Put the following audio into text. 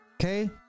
Okay